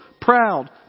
proud